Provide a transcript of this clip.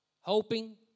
hoping